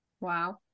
Wow